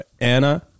Anna